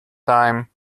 time